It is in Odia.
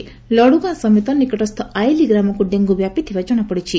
କେବଳ ଲଡୁଗାଁ ନୁହେଁ ନିକଟସ୍ଥ ଆଇଲି ଗ୍ରାମକୁ ଡେଙ୍ଗୁ ବ୍ୟାପିଥିବା ଜଣାପଡ଼ିଛି